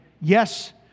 yes